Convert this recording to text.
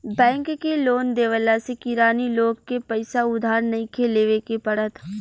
bank के loan देवला से किरानी लोग के पईसा उधार नइखे लेवे के पड़त